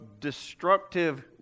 destructive